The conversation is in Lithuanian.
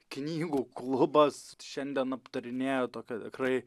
knygų klubas šiandien aptarinėja tokią tikrai